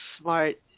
smart